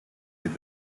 with